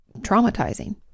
traumatizing